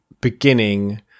beginning